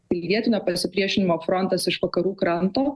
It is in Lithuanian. pilietinio pasipriešinimo frontas iš vakarų kranto